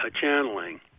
channeling